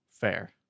Fair